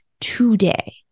today